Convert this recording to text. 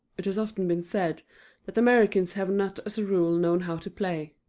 it has often been said that americans have not as a rule known how to play.